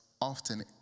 often